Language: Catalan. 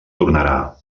tornarà